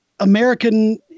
American